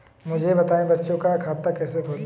मुझे बताएँ बच्चों का खाता कैसे खोलें?